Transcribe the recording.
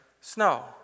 snow